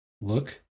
Look